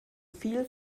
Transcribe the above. viel